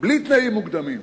בלי תנאים מוקדמים.